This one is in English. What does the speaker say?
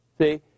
See